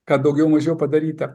ką daugiau mažiau padaryta